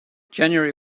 january